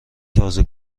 تازه